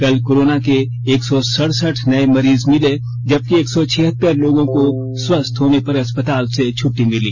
कल कोरोना के एक सौ सरसठ नए मरीज मिले जबकि एक सौ छिहत्तर लोगों को स्वस्थ होने पर अस्पताल से छुट्टी मिली